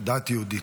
דת יהודית.